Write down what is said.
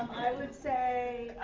i would say